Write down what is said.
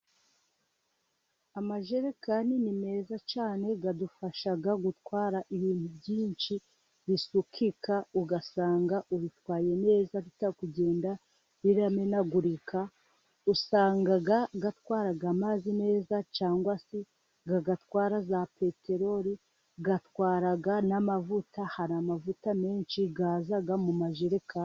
Amajerekani ni meza cyane, adufasha gutwara ibintu byinshi bisukika, ugasanga ubitwaye neza, bitari kugenda biramenagurika, usanga atwara amazi neza, cyangwa se atwara za peteroli, gatwara n'amavuta, hari n'amavuta menshi, aza mu majerereka.